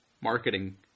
marketing